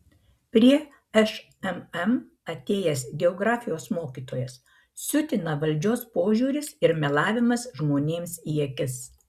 prie šmm atėjęs geografijos mokytojas siutina valdžios požiūris ir melavimas žmonėms į akis